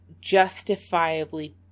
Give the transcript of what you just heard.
justifiably